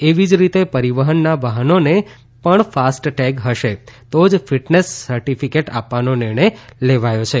એવી જ રીતે પરિવહનના વાહનોને પણ ફાસ્ટ ટેગ હશે તો જ ફિટનેસ સર્ટિફિકેટ આપવાનો નિર્ણય લેવાયો છે